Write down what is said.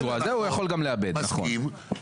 הוא יכול גם לאבד נכון,